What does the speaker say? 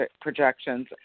projections